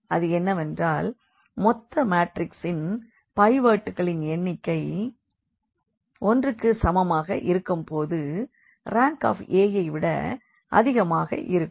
அது என்னவென்றால் மொத்த மாற்றிக்ஸில் பைவோட்டுகளின் எண்ணிக்கை I க்கு சமமாக இருக்கும் போது RankAஐ விட அதிகமாக இருக்கும்